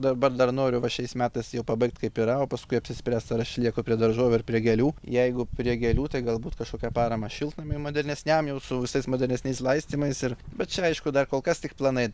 dabar dar noriu va šiais metais jau pabaigt kaip yra o paskui apsispręst ar aš lieku prie daržovių ar prie gėlių jeigu prie gėlių tai galbūt kažkokią paramą šiltnamiui modernesniam jau su visais modernesniais laistymais ir bet čia aišku dar kol kas tik planai